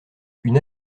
une